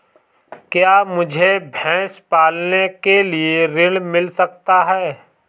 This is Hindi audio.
क्या मुझे भैंस पालने के लिए ऋण मिल सकता है?